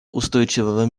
устойчивого